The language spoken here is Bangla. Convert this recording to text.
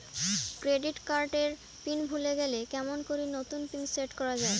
ক্রেডিট কার্ড এর পিন ভুলে গেলে কেমন করি নতুন পিন সেট করা য়ায়?